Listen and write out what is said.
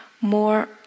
more